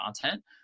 content